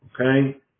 Okay